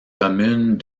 communes